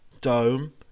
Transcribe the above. Dome